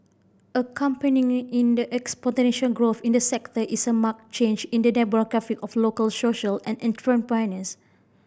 accompanying the exponential growth in the sector is a marked change in the demographic of local social entrepreneurs